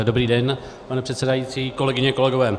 Dobrý den, pane předsedající, kolegyně, kolegové.